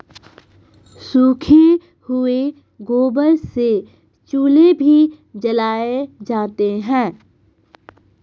सूखे हुए गोबर से चूल्हे भी जलाए जाते हैं